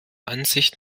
ansicht